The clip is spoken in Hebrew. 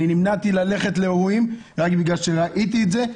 אני נמנעתי מללכת לאירועים רק בגלל שראיתי את זה.